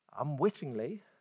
Unwittingly